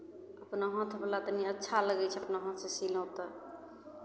अपना हाथवला तनि अच्छा लगै छै अपना हाथसँ सीलहुँ तऽ